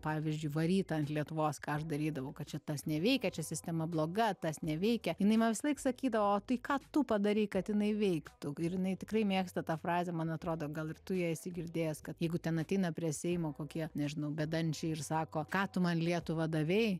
pavyzdžiui varyt ant lietuvos ką aš darydavau kad čia tas neveikia čia sistema bloga tas neveikia jinai man visąlaik sakydavoo tai ką tu padarei kad jinai veiktų ir jinai tikrai mėgsta tą frazę man atrodo gal ir tu ją esi girdėjęs kad jeigu ten ateina prie seimo kokie nežinau bedančiai ir sako ką tu man lietuva davei